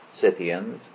Scythians